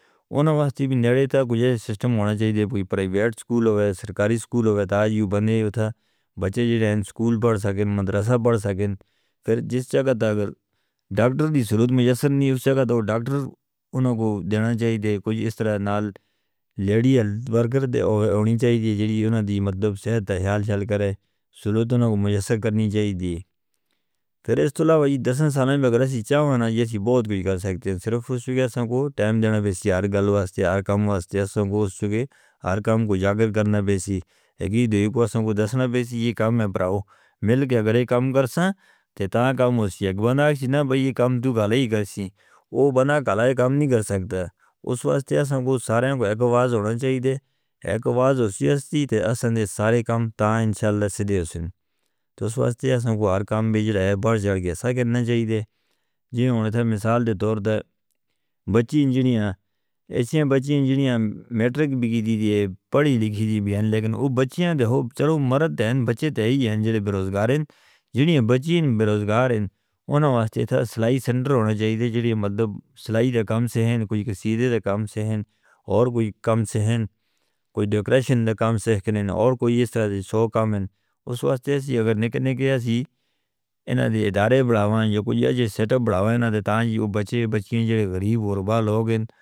انہوں نے واسطے بھی نیرے تاں کوئی سسٹم ہونا چاہیے تھے، کوئی پرائیویٹ سکول ہوئے، سرکاری سکول ہوئے، تاں جی بندے اتھا بچے جیڈین سکول پڑھ سکیں، مدرسہ پڑھ سکیں۔ پھر جس جگہ تک ڈاکٹر دی ضرورت میسر نہیں ہو جگہ تو ڈاکٹر انہوں کو دینا چاہیے تھا۔ کوئی اس طرح نال لیڈیال برگر دے ہونے چاہیے جیڑی انہوں دی مدد صحت دی حال چال کرے، سہولتوں کو میسر کرنی چاہیے تھے۔ پھر اس طلابہ جی دسیں سامنے بغیرہ سی چاہونا یہ سے بہت کچھ کر سکتے ہیں، صرف اس لیے کہ اسان کو ٹائم دینا وی سی آر گال واسطے ہر کام واسطے اسان کو اس وقت ہر کام کو جاگر کرنا وی سی ہے کہ دوئی کو اسان کو دسنا وی سی جی کام ہے۔ براہو مل کے اگر ایک کام کرساں تے تاں کام ہو سی، ایک بنا آگسنا بھی کام تو کالی کرسیں، وہ بنا کالی کام نہیں کرسکتا۔ اس واسطے اسان کو سارے کو ایک آواز ہونچاہیدے، ایک آواز اسی ہستی تے اسان دے سارے کام تاں انشاءاللہ سیدھے ہونچاہیدے۔ اس واسطے اسان کو ہر کام بھیج رہا ہے، بڑھ جاگیا ساکرنا چاہیے جی۔ ہونتا مثال دے طور پر بچی انجینئر ہیں، اسیں بچی انجینئر میٹرک بھی کی دیئے، پڑھی لکھی دیئے بھین، لیکن اوہ بچیاں دے ہو چرو مرد ہیں، بچے تہے ہی ہیں جڑے بروزگار ہیں۔ انجینئر بچیاں بروزگار ہیں، انہوں واسطے تھا سلائی سینٹر ہونا چاہیے تھے جیڑی مطلب سلائی دے کام سے ہیں، کوئی کسے دے کام سے ہیں، اور کوئی کام سے ہیں، کوئی ڈیکریشن دے کام سے کر رہے ہیں، اور کوئی اس طرح دے سو کام ہیں۔ اس واسطے اگر نکنے گیا سی انہاں دے ادارے بڑھاواں یا کچھ ہے جی سیٹ اپ بڑھاواں انہاں دے، تاں جی وہ بچے بچیاں جڑے غریب اور غبار لوگ ہیں.